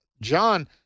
John